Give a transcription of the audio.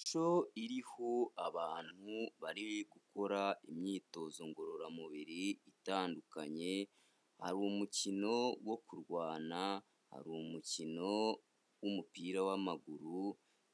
Ishusho iriho abantu bari gukora imyitozo ngororamubiri itandukanye, hari umukino wo kurwana, hari umukino w'umupira w'amaguru